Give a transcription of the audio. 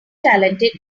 talented